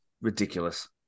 ridiculous